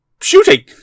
shooting